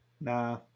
Nah